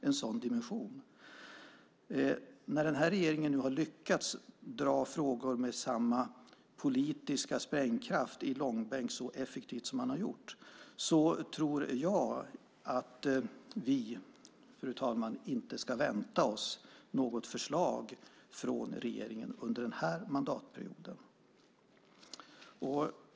Eftersom den här regeringen så effektivt har lyckats dra frågor med samma politiska sprängkraft i långbänk tror jag att inte, fru talman, att vi ska vänta oss något förslag från regeringen under den här mandatperioden.